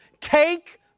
take